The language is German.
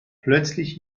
plötzlich